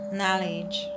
knowledge